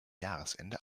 jahresende